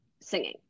singing